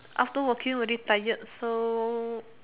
after working very tired so